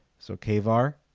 so kvar